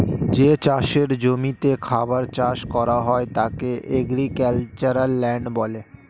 যে চাষের জমিতে খাবার চাষ করা হয় তাকে এগ্রিক্যালচারাল ল্যান্ড বলে